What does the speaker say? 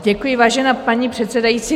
Děkuji, vážená paní předsedající.